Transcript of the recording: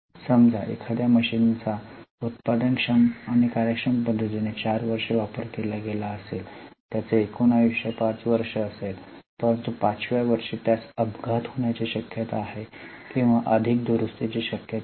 समजा एखाद्या मशीनचा उत्पादन क्षम आणि कार्यक्षम पद्धतीने 4 वर्षे वापर केला गेला असेल तर त्याचे एकूण आयुष्य 5 वर्षे असेल परंतु 5 व्या वर्षी त्यास अपघात होण्याची शक्यता आहे किंवा अधिक दुरुस्तीची शक्यता आहे